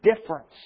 difference